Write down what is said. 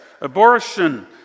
abortion